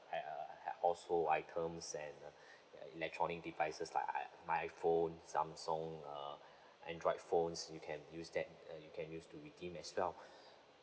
uh household items and uh electronic devices like i~ iphone samsung uh android phones you can use that uh you can use to redeem as well